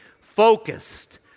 Focused